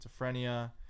schizophrenia